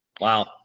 Wow